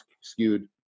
skewed